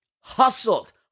hustled